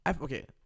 Okay